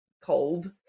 cold